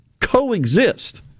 coexist